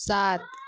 सात